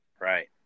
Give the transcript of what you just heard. Right